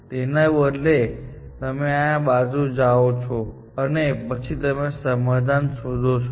તેના બદલે તમે આ બાજુ જાઓ છો અને પછી તમે સમાધાન શોધો છો